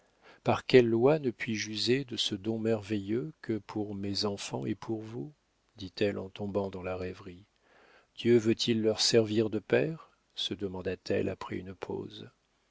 par quelle loi ne puis-je user de ce don merveilleux que pour mes enfants et pour vous dit-elle en tombant dans la rêverie dieu veut-il leur servir de père se demanda-t-elle après une pause